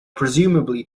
presumably